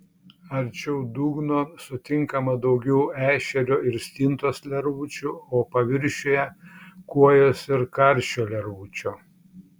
arčiau dugno sutinkama daugiau ešerio ir stintos lervučių o paviršiuje kuojos ir karšio lervučių